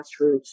grassroots